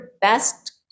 best